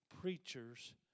Preachers